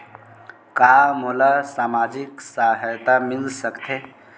का मोला सामाजिक सहायता मिल सकथे?